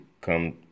come